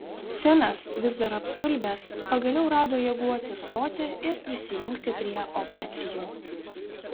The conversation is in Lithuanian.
finas vis dar apstulbęs pagaliau rado jėgų atsistoti ir prisijungti prie ovacijų